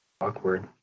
Awkward